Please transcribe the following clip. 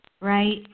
right